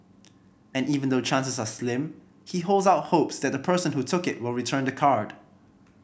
and even though chances are slim he holds out hope that the person who took it will return the card